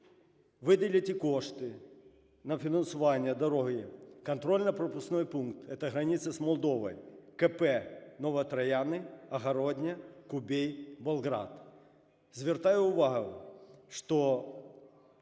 Виділити кошти на фінансування дороги, контрольно-пропускний пункт, це границя з Молдовою, КП Нові Трояни, Огородня, Кубей, Болград. Звертаю увагу, що